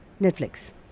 Netflix